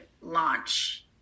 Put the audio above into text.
launch